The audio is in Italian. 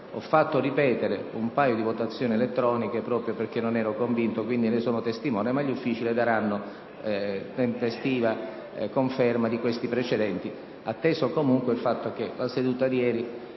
ho fatto ripetere un paio di votazioni elettroniche, proprio perché non ero convinto e, quindi, ne sono testimone. Ma gli Uffici le daranno tempestiva conferma di questi precedenti, atteso comunque il fatto che nella seduta di ieri